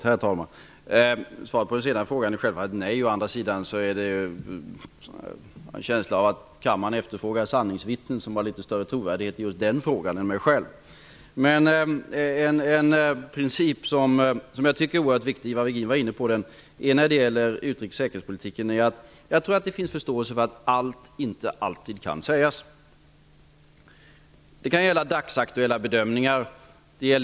Herr talman! Svaret på den sistnämnda frågan är självfallet nej. Men jag har en känsla av att kammaren efterfrågar sanningsvittnen som har litet större trovärdighet i just den frågan än vad jag själv har. En princip som är oerhört viktig i utrikes och säkerhetspolitiken -- Ivar Virgin var inne på den, och jag tror att det finns förståelse för den -- är att allt inte alltid kan sägas. Det kan gälla dagsaktuella bedömningar.